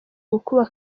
gukuba